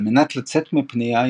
על מנת לצאת מפנייה,